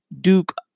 Duke